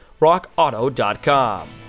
rockauto.com